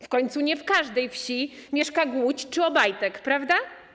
W końcu nie w każdej wsi mieszka Głódź czy Obajtek, prawda?